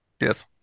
yes